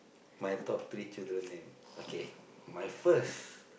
my top three children name okay my first